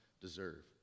deserve